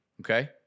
Okay